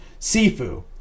Sifu